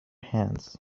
hands